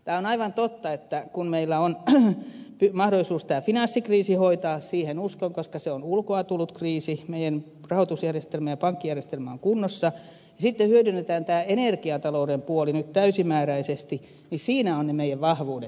on aivan totta että kun meillä on mahdollisuus tämä finanssikriisi hoitaa siihen uskon koska se on ulkoa tullut kriisi meidän rahoitusjärjestelmämme ja pankkijärjestelmämme on kunnossa ja sitten hyödynnetään tämä energiatalouden puoli nyt täysimääräisesti niin siinä ovat ne meidän vahvuudet